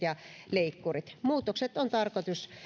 leikkurit muutokset on tarkoitus